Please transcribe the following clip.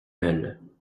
meules